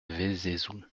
vézézoux